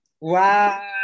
wow